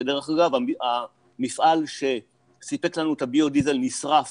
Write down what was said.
שדרך אגב המפעל שסיפק לנו את הביו דיזל נשרף